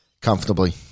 comfortably